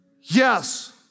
Yes